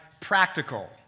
practical